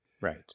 Right